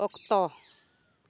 ᱚᱠᱛᱚ